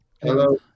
Hello